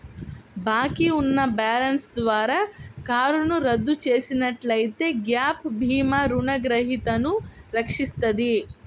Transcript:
బాకీ ఉన్న బ్యాలెన్స్ ద్వారా కారును రద్దు చేసినట్లయితే గ్యాప్ భీమా రుణగ్రహీతను రక్షిస్తది